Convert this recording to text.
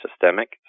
systemic